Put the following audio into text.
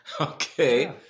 okay